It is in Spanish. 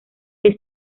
que